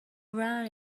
run